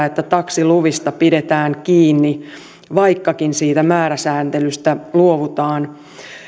että taksiluvista pidetään kiinni vaikkakin siitä määräsääntelystä luovutaan